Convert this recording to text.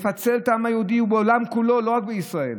שיפצל את העם היהודי בעולם כולו, לא רק בישראל.